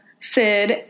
Sid